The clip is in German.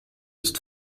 ist